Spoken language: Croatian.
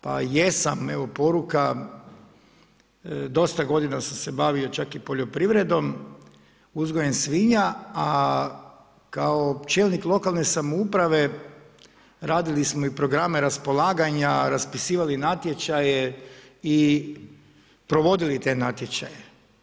Pa jesam, evo poruka dosta godina sam se bavio čak i poljoprivredom, uzgojem svinja, a kao čelnik lokalne samouprave radili smo i programe raspolaganja, raspisivali natječaje i provodili te natječaje.